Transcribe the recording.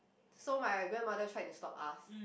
so my grandmother try to stop us